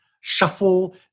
shuffle